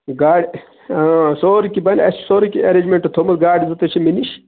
گاڑِ ٲں سورُے کیٚنہہ بَنہِ اَسہِ چھ سورُے کیٚنہہ اٮ۪رینجمنٛٹ تھومُت گاڑِ زٕ تہِ چھِ مےٚ نِش